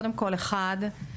דבר ראשון,